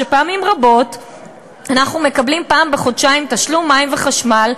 שפעמים רבות אנחנו מקבלים פעם בחודשיים תשלום מים ותשלום חשמל,